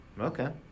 Okay